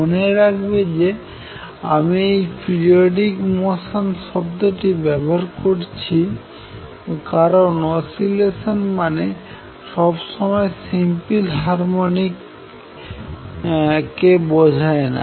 মনে রাখবে যে আমি এই পিরিয়ডিক মোশন শব্দটি ব্যবহার করছি কারণ অসিলেশন মানে সব সময় সিম্পল হারমনিক মোশন কে বোঝায় না